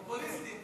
פופוליסטים,